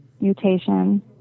mutation